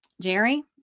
Jerry